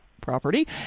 property